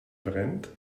brennt